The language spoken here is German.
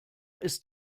ist